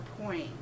point